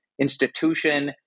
institution